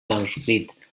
manuscrit